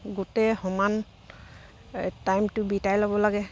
গোটেই সমান টাইমটো বিটাই ল'ব লাগে